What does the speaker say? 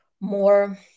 more